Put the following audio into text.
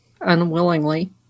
unwillingly